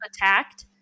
attacked